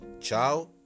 Ciao